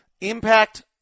Impact